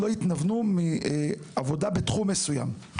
לא יתנוונו מעבודה בתחום מסוים,